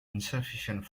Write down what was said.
insufficient